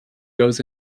goes